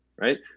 right